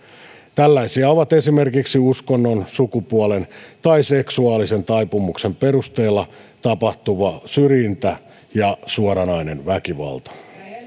tällaisia ovat esimerkiksi uskonnon sukupuolen tai seksuaalisen taipumuksen perusteella tapahtuva syrjintä ja suoranainen väkivalta